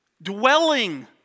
Dwelling